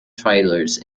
trailers